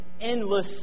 endless